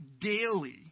daily